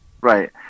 Right